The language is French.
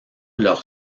leur